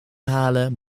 halen